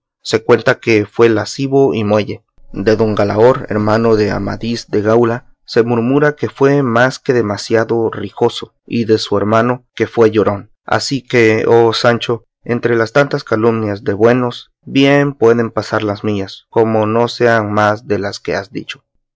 se cuenta que fue lascivo y muelle de don galaor hermano de amadís de gaula se murmura que fue más que demasiadamente rijoso y de su hermano que fue llorón así que oh sancho entre las tantas calumnias de buenos bien pueden pasar las mías como no sean más de las que has dicho